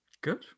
Good